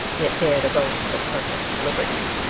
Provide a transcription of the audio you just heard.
yet dare to boast of perfect liberty!